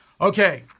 Okay